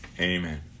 Amen